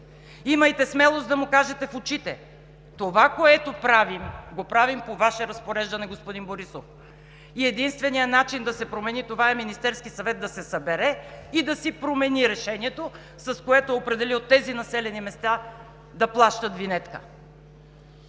Имайте смелост да му кажете в очите: „Това, което правим, го правим по Ваше разпореждане, господин Борисов, и единственият начин да се промени това е Министерският съвет да се събере и да си промени решението, с което е определил тези населени места да плащат винетка.“